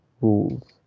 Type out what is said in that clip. rules